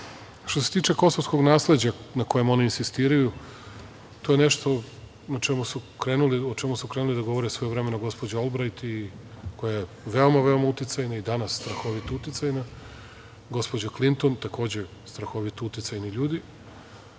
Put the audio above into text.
što se tiče kosovskog nasleđa, na kojem oni insistiraju to je nešto o čemu su krenuli da govore svojevremeno gospođi Olbrajt, koja je veoma, veoma uticajna i danas strahovito uticajna, gospođa Klinton, takođe strahovito uticajni ljudi